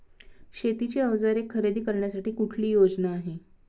शेतीची अवजारे खरेदी करण्यासाठी कुठली योजना आहे?